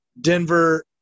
Denver